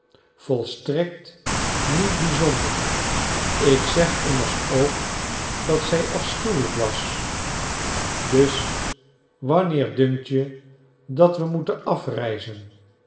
volstrekt niet bizonder ik zeg immers ook dat zij afschuwelijk was dus wanneer dunkt je dat we moeten afreizen